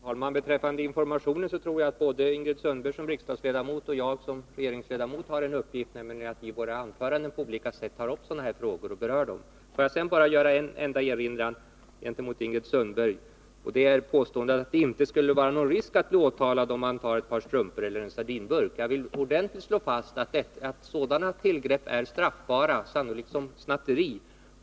Herr talman! Beträffande informationen tror jag att både Ingrid Sundberg som riksdagsledamot och jag som regeringsledamot har en uppgift, nämligen att i våra anföranden på alla sätt ta upp sådana här frågor . Får jag sedan bara göra en enda erinran gentemot Ingrid Sundberg, nämligen mot hennes påstående att det inte skulle vara risk att bli åtalad om man tar ett par strumpor eller en sardinburk. Jag vill ordentligt slå fast att sådana tillgrepp är straffbara — och sannolikt betecknas som snatteri.